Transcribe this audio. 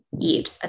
eat